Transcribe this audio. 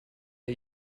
der